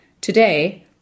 Today